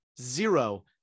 zero